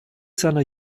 seiner